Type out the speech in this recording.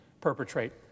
perpetrate